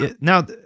Now